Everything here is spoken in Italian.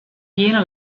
piena